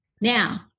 Now